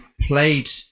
played